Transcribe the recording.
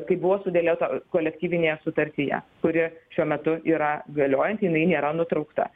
kaip buvo sudėliota kolektyvinėje sutartyje kuri šiuo metu yra galiojanti jinai nėra nutraukta